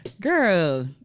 Girl